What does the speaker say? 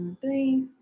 three